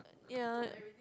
ya